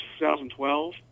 2012